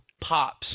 pops